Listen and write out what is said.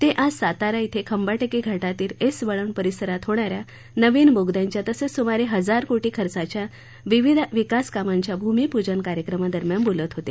ते आज सातारा इथं खंबाटकी घाटातील एस वळण परिसरात होणाऱ्या नवीन बोगद्याच्या तसंच सुमारे हजार कोटी खर्चाच्या विविध विकासकामांच्या भूमिपूजन कार्यक्रमादरम्यान बोलत होते